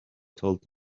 told